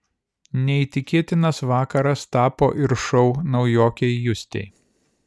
neįtikėtinas vakaras tapo ir šou naujokei justei